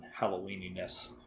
halloweeniness